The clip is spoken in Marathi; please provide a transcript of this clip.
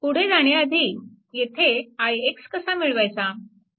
पुढे जाण्याआधी येथे i1 कसा मिळवायचा